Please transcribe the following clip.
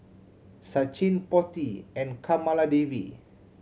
Sachin Potti and Kamaladevi